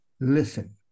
Listen